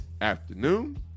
afternoon